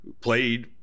played